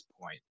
point